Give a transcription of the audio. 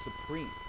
supreme